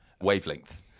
wavelength